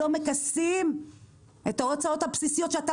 לא מכסים את ההוצאות הבסיסיות שאתה